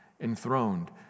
enthroned